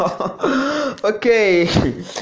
okay